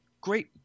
Great